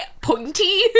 pointy